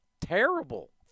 terrible